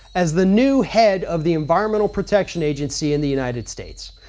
as the new head of the environmental protection agency in the united states.